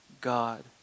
God